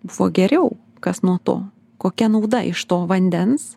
buvo geriau kas nuo to kokia nauda iš to vandens